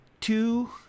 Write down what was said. two